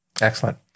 Excellent